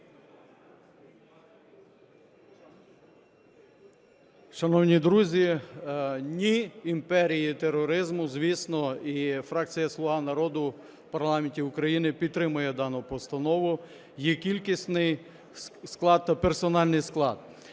Шановні друзі, ні – імперії тероризму. Звісно, і фракція "Слуга народу" в парламенті України підтримує дану постанову, її кількісний склад та персональний склад.